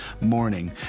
morning